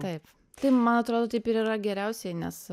taip tai man atrodo taip ir yra geriausiai nes